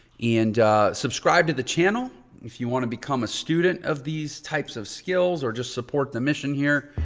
and subscribe to the channel if you want to become a student of these types of skills or just support the mission here.